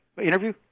interview